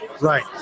right